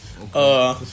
Okay